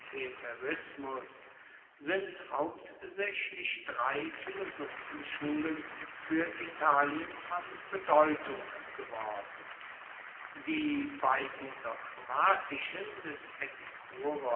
euhemerismus sind hauptsächlich drei philosophenschulen für italien von bedeutung geworden die beiden dogmatischen des